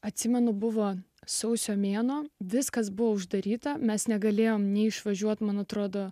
atsimenu buvo sausio mėnuo viskas buvo uždaryta mes negalėjome nei išvažiuoti man atrodo